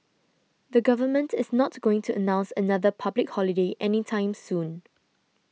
the government is not going to announce another public holiday anytime soon